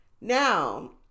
now